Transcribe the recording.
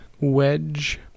wedge